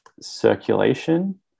circulation